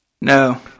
No